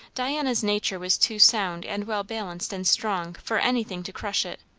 diana's nature was too sound and well-balanced and strong for anything to crush it,